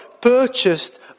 purchased